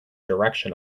direction